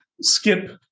skip